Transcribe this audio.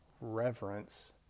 reverence